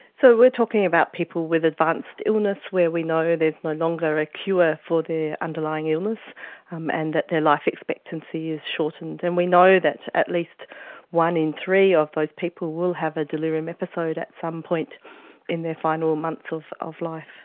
so we're talking about people with advanced illness where we know there is no longer a cure for their underlying illness um and that their life expectancy is shortened. and we know that at least one in three of those people will have a delirium episode at some point in their final months of of life.